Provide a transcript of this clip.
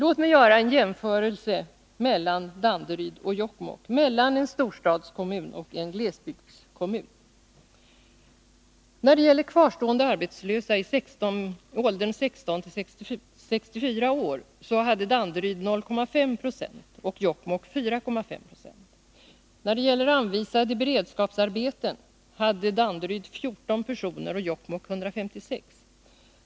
Låt mig göra en jämförelse mellan Danderyd och Jokkmokk, mellan en storstadskommun och en glesbygdskommun. När det gäller kvarstående arbetslösa i åldern 16-64 år hade Danderyd 0,5 96 och Jokkmokk 4,5 96. I fråga om anvisade beredskapsarbeten hade Danderyd 14 personer och Jokkmokk 156.